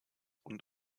und